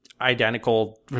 identical